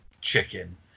chicken